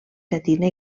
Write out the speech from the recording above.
llatina